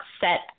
set